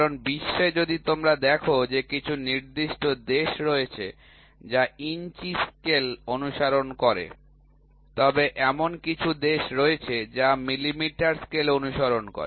কারণ বিশ্বে যদি তোমরা দেখ যে কিছু নির্দিষ্ট দেশ রয়েছে যা ইঞ্চি স্কেল অনুসরণ করে তবে এমন কিছু দেশ রয়েছে যা মিলিমিটার স্কেল অনুসরণ করে